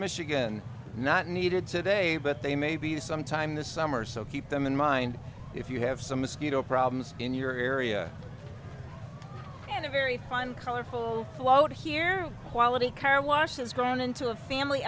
michigan not needed today but they may be some time this summer so keep them in mind if you have some mosquito problems in your area and a very fun colorful float here quality car wash has grown into a family